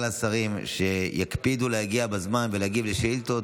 השרים שיקפידו להגיע בזמן ולהגיב לשאילתות.